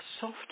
soft